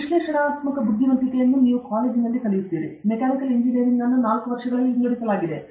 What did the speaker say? ವಿಶ್ಲೇಷಣಾತ್ಮಕ ಬುದ್ಧಿವಂತಿಕೆ ನೀವು ಕಾಲೇಜಿನಲ್ಲಿ ಕಲಿಯುವದು ಮೆಕ್ಯಾನಿಕಲ್ ಇಂಜಿನಿಯರಿಂಗ್ 4 ವರ್ಷಗಳಲ್ಲಿ ವಿಂಗಡಿಸಲಾಗಿದೆ